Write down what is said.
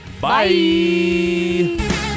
bye